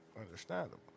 understandable